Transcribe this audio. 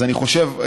אני חושב,